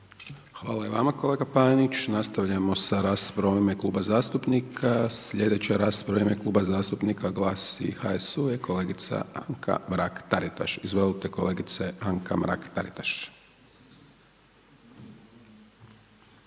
Hvala i vama kolega Panenić, nastavljamo sa radom u ime zastupnika. Sljedeća rasprava u ime Kluba zastupnika GLAS-a i HSU-a je kolegica Anka Mrak Taritaš, izvolite kolegice Anka Mrak Taritaš.